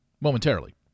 momentarily